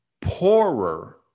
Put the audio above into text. poorer